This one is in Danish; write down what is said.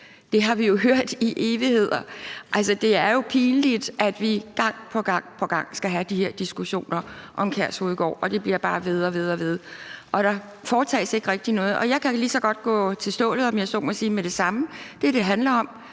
hjem, har vi jo hørt i evigheder. Altså, det er jo pinligt, at vi gang på gang skal have de her diskussioner om Kærshovedgård; det bliver bare ved og ved, og der bliver ikke rigtig foretaget noget. Jeg kan lige så godt gå til stålet, om jeg så må sige, med det samme: Det, det handler om,